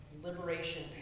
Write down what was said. Liberation